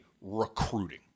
recruiting